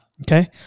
Okay